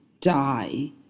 die